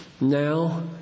now